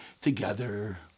together